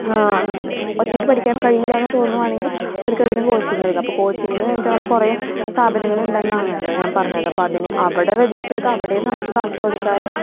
ഒറ്റക്ക് പഠിക്കാൻ കഴിയില്ല എന്ന് തോന്നുവാണെങ്കിൽ അവർക്ക് അതിന് കോച്ചിങ് എടുക്കാം അപ്പം കോച്ചിങിന് വേണ്ടിയിട്ടങ്ങനെ കുറേ സ്ഥാപനങ്ങളുണ്ടെന്നാണല്ലോ ഞാൻ പറഞ്ഞത് അപ്പം അതിന് അവിടെ രജിസ്റ്റർ ചെയ്താൽ അവിടെയും നമുക്ക് കാശ് കൊടുക്കാതെ